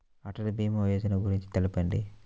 అటల్ భీమా యోజన గురించి తెలుపండి?